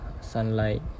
sunlight